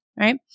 right